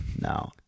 No